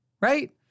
right